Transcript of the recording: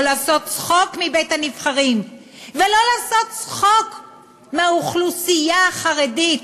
לא לעשות צחוק מבית-הנבחרים ולא לעשות צחוק מהאוכלוסייה החרדית,